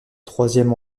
troisième